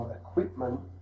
equipment